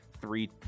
three